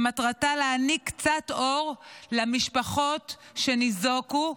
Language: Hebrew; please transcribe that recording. שמטרתה להעניק קצת אור למשפחות שניזוקו,